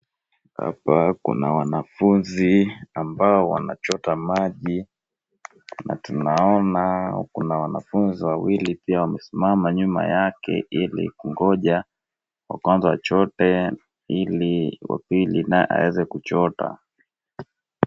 Hapa kuna wanafunzi ambao wanachota maji, na tunaona kuna wanafunzi wawili pia wamesimama nyuma yake ili kungoja wa kwanza achote ili wa pili naye aweze kuchota.